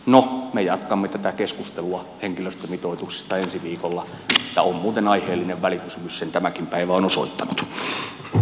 no me jatkamme tätä keskustelua henkilöstömitoituksista ensi viikolla ja on muuten aiheellinen välikysymys sen tämäkin päivä on osoittanut